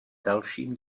dalším